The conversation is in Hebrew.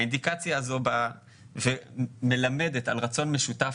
האינדיקציה הזאת מלמדת על רצון משותף